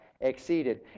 exceeded